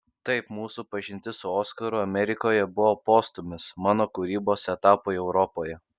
taip mūsų pažintis su oskaru amerikoje buvo postūmis mano kūrybos etapui europoje